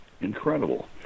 incredible